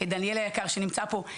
דניאל היקר שנמצא פה,